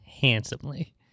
handsomely